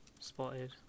spotted